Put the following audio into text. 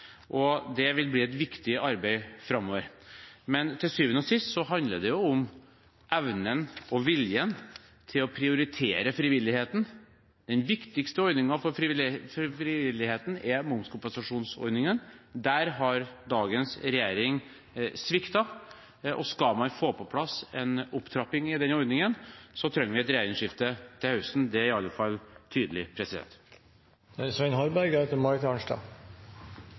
gode. Det vil bli et viktig arbeid framover, men til syvende og sist handler det om evnen og viljen til å prioritere frivilligheten. Den viktigste ordningen for frivilligheten er momskompensasjonsordningen. Der har dagens regjering sviktet, og skal man få på plass en opptrapping av den ordningen, trenger vi et regjeringsskifte til høsten. Det er i alle fall tydelig. Debatter i Stortinget om momskompensasjon er en gjenganger. Jeg kan godt være med på at det